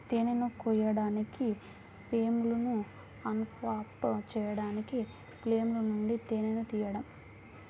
తేనెను కోయడానికి, ఫ్రేమ్లను అన్క్యాప్ చేయడానికి ఫ్రేమ్ల నుండి తేనెను తీయడం